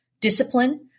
discipline